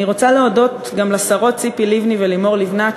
אני רוצה להודות גם לשרות ציפי לבני ולימור לבנת,